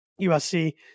USC